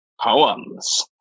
poems